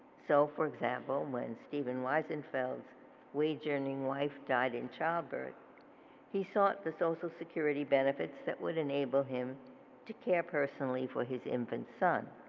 so for example, when stephen wiesenfeld's wage earning wife died in childbirth he sought the social security benefits that would enable him to care personally for his infant son.